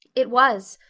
it was.